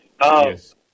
Yes